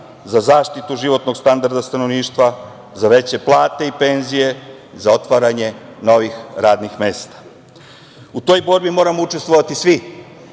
za zaštitu životnog standarda stanovništva, za veće plate i penzije, za otvaranje novih radnih mesta.U toj borbi moramo učestvovati svi,